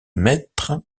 mettre